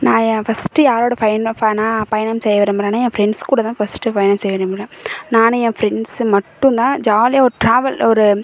நான் என் ஃபஸ்ட்டு யாரோடு பயணப் பான பயணம் செய்ய விரும்புகிறேன்னா என் ஃப்ரெண்ட்ஸ் கூட தான் ஃபஸ்ட்டு பயணம் செய்ய விரும்புகிறேன் நானும் என் ஃப்ரெண்ட்ஸு மட்டுந்தான் ஜாலியாக ஒரு ட்ராவல் ஒரு